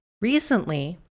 Recently